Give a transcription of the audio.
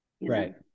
Right